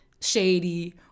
shady